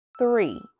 Three